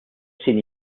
sin